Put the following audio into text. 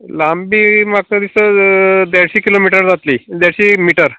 लांबी म्हाका दिसता देडशीं किलोमिटर जातली देडशीं मिटर